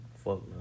fuck